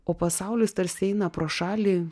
o pasaulis tarsi eina pro šalį